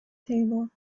table